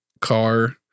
car